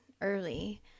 early